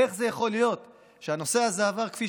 איך זה יכול להיות שהנושא הזה עבר כפי